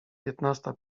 piętnasta